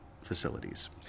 facilities